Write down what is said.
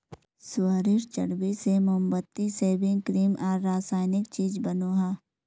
सुअरेर चर्बी से मोमबत्ती, सेविंग क्रीम आर रासायनिक चीज़ बनोह